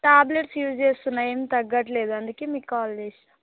tablets use చేస్తున్నా ఏం తగ్గట్లేదు అందుకే మీకు కాల్ చసినాను